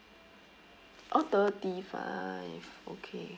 oh thirty five okay